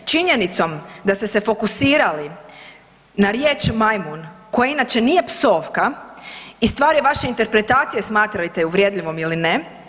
Činjenicom da ste se fokusirali na riječ majmun koja inače nije psovka i stvar je vaše interpretacije, smatrate je uvredljivom ili ne.